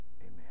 amen